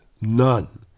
none